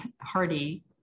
Hardy